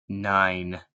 nine